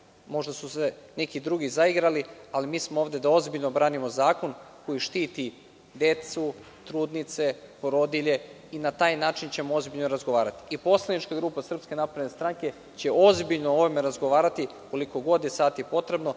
Možda su se neki drugi zaigrali, ali mi smo ovde da ozbiljno branimo zakon koji štiti decu, trudnice, porodilje i na taj način ćemo ozbiljno razgovarati. Poslanička grupa SNS će ozbiljno o ovome razgovarati koliko god je sati potrebno.